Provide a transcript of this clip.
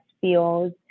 feels